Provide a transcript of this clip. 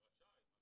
הוא רשאי.